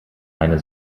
eine